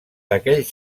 aquells